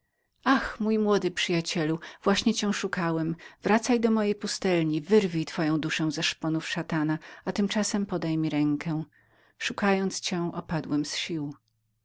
ach mój młody przyjacielu właśnie szukałem cię wracaj do mojej pustelni wyrwij twoją duszę ze szponów szatana ale tymczasem podaj mi rękę nie szczędziłem dla